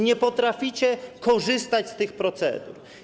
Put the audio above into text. Nie potraficie korzystać z tych procedur.